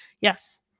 Yes